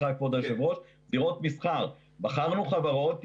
בחרנו חברות.